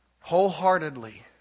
wholeheartedly